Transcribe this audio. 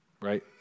Right